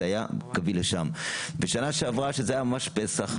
שנה שעברה שזה היה ממש פסח,